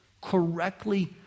correctly